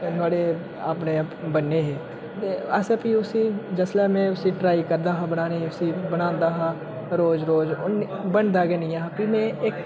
नोहाड़े अपने बन्ने हे ते असें फ्ही उसी जिसलै में उसी ट्राई करदा हा बनाने दी उसी बनांदा हा रोज रोज ओह् ने बनदा गै नेईं ऐ हा फ्ही में इक